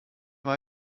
war